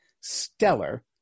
stellar